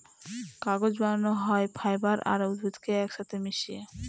কাগজ বানানো হয় ফাইবার আর উদ্ভিদকে এক সাথে মিশিয়ে